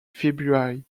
february